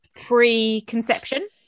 pre-conception